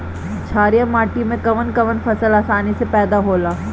छारिया माटी मे कवन कवन फसल आसानी से पैदा होला?